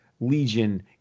legion